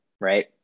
right